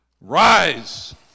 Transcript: Rise